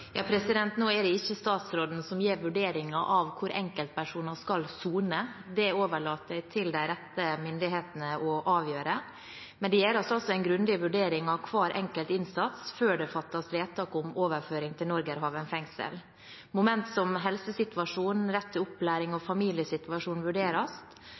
er ikke statsråden som gjør vurderinger av hvor enkeltpersoner skal sone, det overlater jeg til de rette myndighetene. Men det gjøres en grundig vurdering av hver enkelt innsatt før det fattes vedtak om overføring til Norgerhaven fengsel. Momenter som helsesituasjonen, rett til opplæring og familiesituasjonen vurderes.